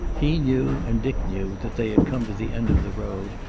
he knew, and dick knew, that they had come to the end of the road,